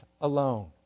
alone